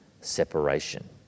separation